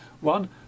One